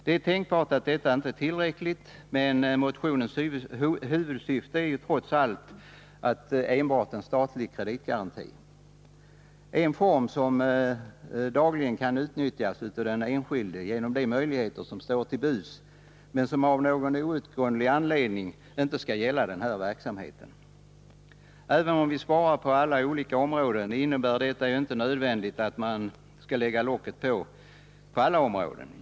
Det är tänkbart att detta inte är tillräckligt, men motionens huvudsyfte är trots allt enbart en statlig kreditgaranti— en form som dagligen kan utnyttjas av enskilda genom de möjligheter som står till buds men som av någon outgrundlig anledning inte skall gälla denna verksamhet. Även om vi sparar på många olika områden, innebär det inte nödvändigtvis att vi lägger locket på på alla områden.